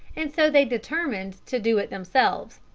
and so they determined to do it themselves,